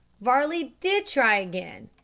varley did try again,